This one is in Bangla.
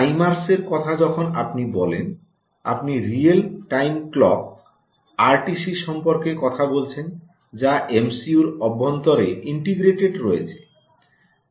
টাইমার্স এর কথা যখন আপনি বলছেন আপনি রিয়েল টাইম ক্লক আরটিসি সম্পর্কে কথা বলছেন যা এমসইউর অভ্যন্তরে ইন্টিগ্রেটেড রয়েছে